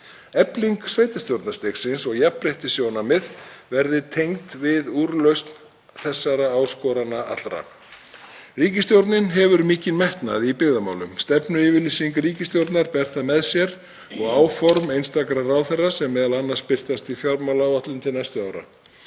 Efling sveitarstjórnarstigsins og jafnréttissjónarmið verði tengd við úrlausn þessara áskorana. Ríkisstjórnin hefur mikinn metnað í byggðamálum. Stefnuyfirlýsing hennar ber það með sér og áform einstakra ráðherra, sem m.a. birtast í fjármálaáætlun til næstu ára.